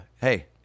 hey